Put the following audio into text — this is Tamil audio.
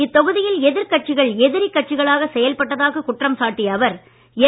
இத்தொகுதியில் எதிர்கட்சிகள் எதிரி கட்சிகளாக செயல்பட்டதாக குற்றம் சாட்டிய அவர் என்